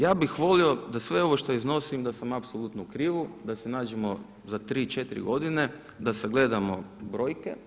Ja bih volio da sve ovo što iznosim da sam apsolutno u krivu, da se nađemo za tri, četiri godine da sagledamo brojke.